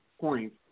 point